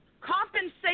Compensation